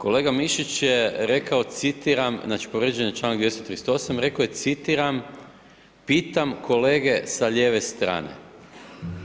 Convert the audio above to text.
Kolega Mišić je rekao, citiram, znači povrijeđen je čl. 238. rekao je citiram, pitam kolege sa lijeve strane,